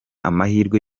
amahirwe